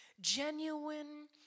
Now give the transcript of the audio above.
genuine